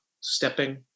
stepping